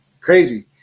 Crazy